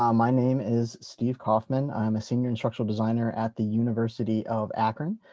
um my name is steve kaufman. i'm a senior instructional designer at the university of akron.